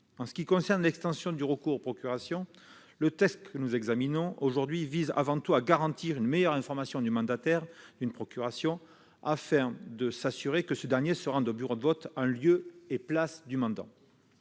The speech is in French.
En ce qui concerne l'extension du recours aux procurations, le texte que nous examinons vise avant tout à garantir une meilleure information du mandataire d'une procuration, afin de s'assurer qu'il se rende au bureau de vote en lieu et place du mandant.